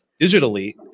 digitally